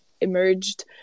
emerged